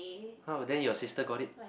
how then your sister got it